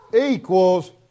equals